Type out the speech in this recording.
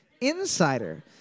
Insider